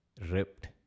ripped